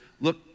look